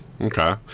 Okay